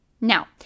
Now